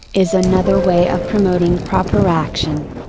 is another way of promoting proper action.